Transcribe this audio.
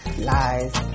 Lies